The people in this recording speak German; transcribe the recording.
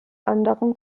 anderen